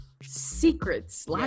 secrets